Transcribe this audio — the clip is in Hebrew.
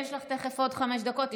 יש לך תכף עוד חמש דקות.